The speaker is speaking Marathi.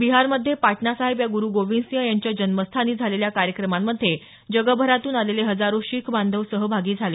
बिहारमध्ये पाटणासाहेब या ग्रु गोविंदसिंह यांच्या जन्मस्थानी झालेल्या कार्यक्रमांमध्ये जगभरातून आलेले हजारो शीख बांधव सहभागी झाले